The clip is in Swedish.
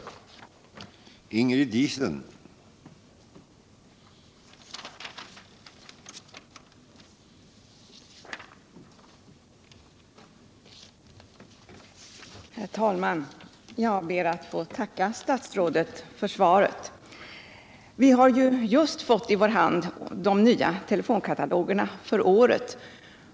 16 mars 1978